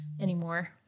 anymore